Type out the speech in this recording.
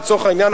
לצורך העניין,